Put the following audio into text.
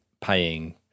paying